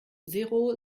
zéro